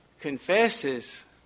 confesses